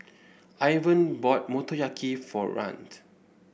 Ivan bought Motoyaki for